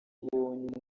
ubonye